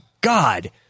god